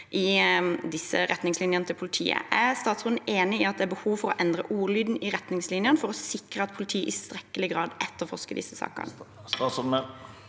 i retningslinjene til politiet. Er statsråden enig i at det er behov for å endre ordlyden i retningslinjene for å sikre at politiet i tilstrekkelig grad etterforsker disse sakene?